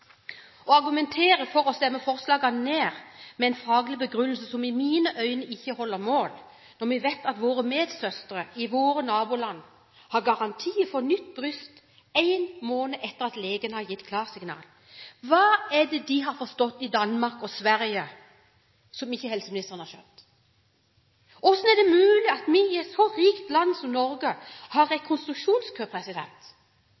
å argumentere for å stemme forslagene ned med en faglig begrunnelse som i mine øyne ikke holder mål, når vi vet at våre medsøstre i våre naboland har garanti for nytt bryst én måned etter at legen har gitt klarsignal. Hva er det de har forstått i Danmark og Sverige som ikke helseministeren har skjønt? Hvordan er det mulig at vi i et så rikt land som Norge har